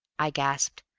i gasped.